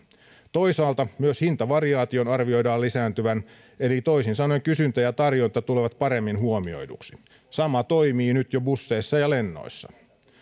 toisaalta myös hintavariaation arvioidaan lisääntyvän eli toisin sanoen kysyntä ja tarjonta tulevat paremmin huomioiduksi sama toimii jo nyt busseissa ja lennoissa